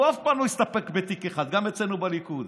הוא אף פעם לא הסתפק בתיק אחד, גם אצלנו בליכוד.